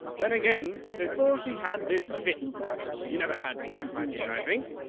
then again before she had this fit you never had fits, my dear, i think?